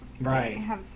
Right